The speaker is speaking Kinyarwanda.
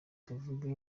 tuvuge